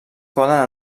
poden